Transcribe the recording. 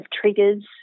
triggers